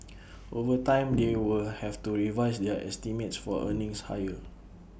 over time they will have to revise their estimates for earnings higher